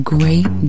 Great